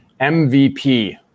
MVP